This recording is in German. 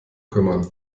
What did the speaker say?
kümmern